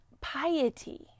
piety